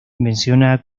menciona